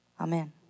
Amen